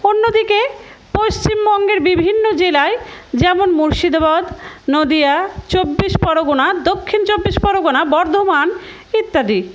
অন্যদিকে পশ্চিমবঙ্গের বিভিন্ন জেলায় যেমন মুর্শিদাবাদ নদীয়া চব্বিশ পরগনা দক্ষিণ চব্বিশ পরগনা বর্ধমান ইত্যাদি